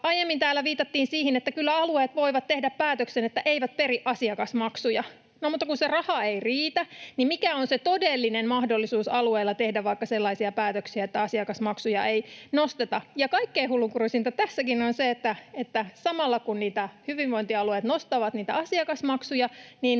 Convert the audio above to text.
Aiemmin täällä viitattiin siihen, että kyllä alueet voivat tehdä päätöksen, että eivät peri asiakasmaksuja. No mutta kun se raha ei riitä, niin mikä on se todellinen mahdollisuus alueella tehdä vaikka sellaisia päätöksiä, että asiakasmaksuja ei nosteta? Ja kaikkein hullunkurisinta tässäkin on se, että samalla kun hyvinvointialueet nostavat niitä asiakasmaksuja,